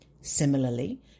Similarly